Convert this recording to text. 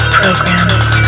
programs